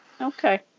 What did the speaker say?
Okay